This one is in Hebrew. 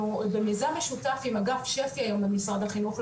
במיזם משותף עם אגף שפ"י היום במשרד החינוך,